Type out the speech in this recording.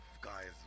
guys